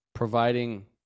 providing